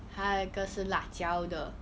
还有一个是辣椒的